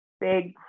big